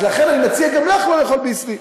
ולכן אני מציע גם לך לא לאכול "ביסלי".